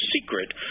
secret